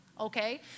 okay